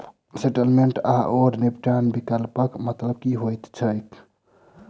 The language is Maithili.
सेटलमेंट आओर निपटान विकल्पक मतलब की होइत छैक?